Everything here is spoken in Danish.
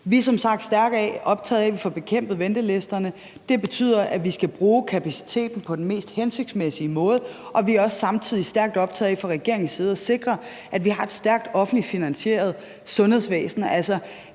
sagt stærkt optaget af, at vi får bekæmpet ventelisterne. Det betyder, at vi skal bruge kapaciteten på den mest hensigtsmæssige måde. Vi er samtidig også stærkt optaget af fra regeringens side at sikre, at vi har et stærkt offentligt finansieret sundhedsvæsen.